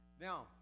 Now